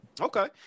Okay